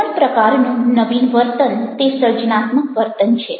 કોઈ પણ પ્રકારનું નવીન વર્તન તે સર્જનાત્મક વર્તન છે